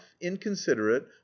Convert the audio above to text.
inconsiderate